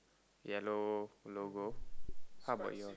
yellow logo how about your